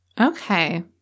Okay